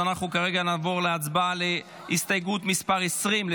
ולכן נעבור להצבעה על הסתייגות מס' 20,